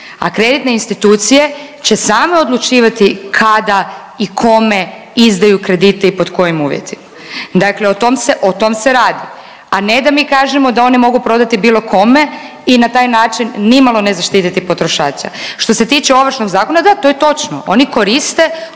a kreditne institucije će same odlučivati kada i kome izdaju kredite i pod kojim uvjetima. Dakle o tom se, o tome se radi, a ne da mi kažemo da one mogu prodati bilo kome i na taj način nimalo ne zaštititi potrošača. Što se tiče Ovršnog zakona, da, to je točno, oni koriste